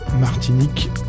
Martinique